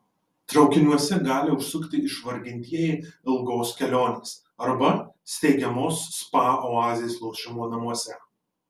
traukiniuose gali užsukti išvargintieji ilgos kelionės arba steigiamos spa oazės lošimo namuose